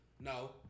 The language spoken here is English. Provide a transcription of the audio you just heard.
No